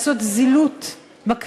לעשות זילות של הקריאה,